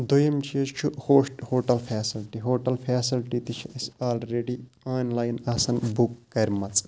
دوٚیِم چیٖز چھُ ہوش ہوٹل فٮ۪سَلٹی ہوٹَل فٮ۪سَلٹی تہِ چھِ أسۍ آلریڈی آنلایِن آسان بُک کَرِمَژ